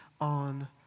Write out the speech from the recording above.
on